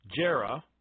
Jera